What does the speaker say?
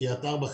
קריית ארבע,